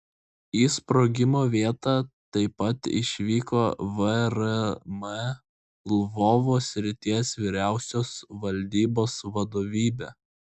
į sprogimo vietą taip pat išvyko vrm lvovo srities vyriausios valdybos vadovybė